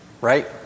right